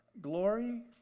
Glory